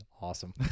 Awesome